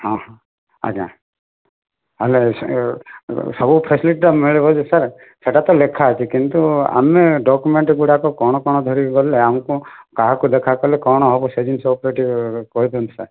ହଁ ହଁ ଆଜ୍ଞା ହେଲେ ସବୁ ଫ୍ୟାସିଲିଟି ତ ମିଳିବ ଯେ ସାର୍ ସେଇଟା ତ ଲେଖା ଅଛି କିନ୍ତୁ ଆମେ ଡକ୍ୟୁମେଣ୍ଟ୍ଗୁଡ଼ାକ କ'ଣ କ'ଣ ଧରିକି ଗଲେ ଆମକୁ କାହାକୁ ଦେଖା କଲେ କ'ଣ ହବ ସେହି ଜିନିଷ ଉପରେ ଟିକିଏ କହି ଦିଅନ୍ତୁ ସାର୍